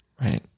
Right